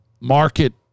market